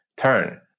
turn